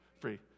Free